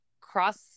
cross